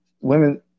women